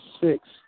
six